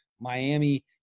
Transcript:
Miami